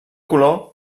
color